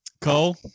Cole